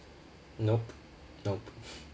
nope nope